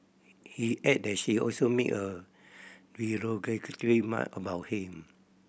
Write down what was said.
he added that she also made a derogatory remark about him